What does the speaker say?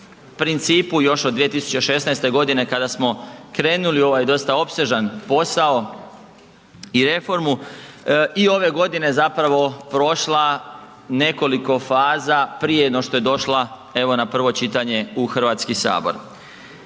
principu još od 2016. g. kada smo krenuli u ovaj dosta opsežan posao i reformu, i ove godine zapravo prošla nekoliko faza prije no što je došla evo na prvo čitanje u Hrvatski sabor.